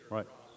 Right